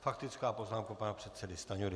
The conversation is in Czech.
Faktická poznámka pana předsedy Stanjury.